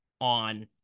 on